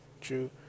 true